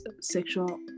sexual